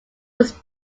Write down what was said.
was